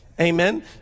Amen